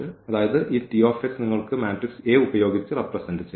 അതായത് ഈ Tx നിങ്ങൾക്ക് ഈ മാട്രിക്സ് A ഉപയോഗിച്ച് റെപ്രെസെന്റ് ചെയ്യാം